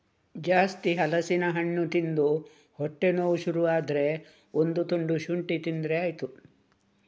ಜಾಸ್ತಿ ಹಲಸಿನ ಹಣ್ಣು ತಿಂದು ಹೊಟ್ಟೆ ನೋವು ಶುರು ಆದ್ರೆ ಒಂದು ತುಂಡು ಶುಂಠಿ ತಿಂದ್ರೆ ಆಯ್ತು